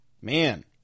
Man